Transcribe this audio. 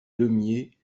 deumié